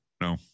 No